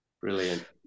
Brilliant